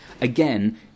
Again